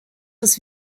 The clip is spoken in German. des